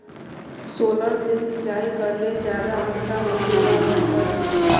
Solar से सिंचाई करले ज्यादा अच्छा होचे या मोटर से?